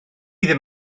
ddim